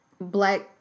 black